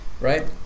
right